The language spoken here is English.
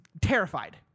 terrified